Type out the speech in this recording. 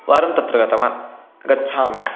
वारं तत्र गतवान् गच्छामि